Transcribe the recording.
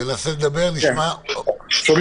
הבנתי